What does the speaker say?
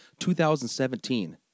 2017